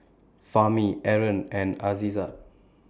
Fahmi Aaron and Aizat